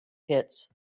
pits